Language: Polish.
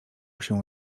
się